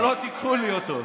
שלא תיקחו לי אותו.